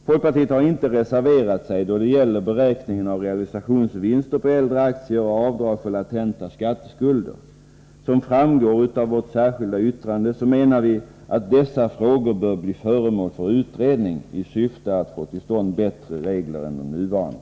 Folkpartiet har inte reserverat sig då det gäller beräkningen av realisationsvinster på äldre aktier och avdrag för latenta skatteskulder. Som framgår av vårt särskilda yttrande menar vi att dessa frågor bör bli föremål för utredning i syfte att få till stånd bättre regler än de nuvarande.